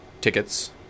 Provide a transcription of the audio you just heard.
tickets